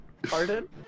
Pardon